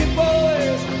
boys